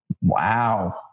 Wow